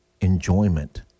enjoyment